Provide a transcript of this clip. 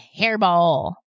Hairball